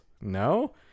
No